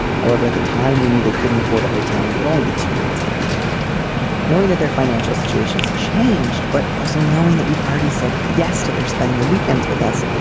however at the time we knew they couldn't afford a hotel and it would only be two nights on a weekend knowing that their financial situations changed. but also knowing that we'd already said yes to their spending the weekends with us.